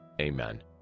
Amen